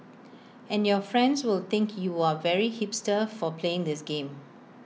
and your friends will think you are very hipster for playing this game